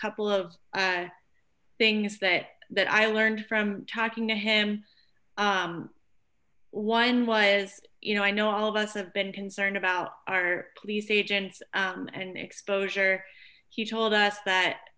couple of things that that i learned from talking to him one was you know i know all of us have been concerned about our police agents and exposure he told us that